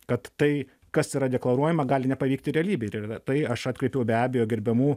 kad tai kas yra deklaruojama gali nepavykti realybėj ir į tai aš atkreipiau be abejo gerbiamų